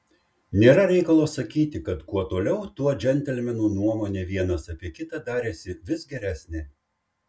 nėra reikalo sakyti kad kuo toliau tuo džentelmenų nuomonė vienas apie kitą darėsi vis geresnė